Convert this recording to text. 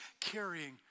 carrying